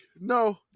no